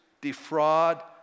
defraud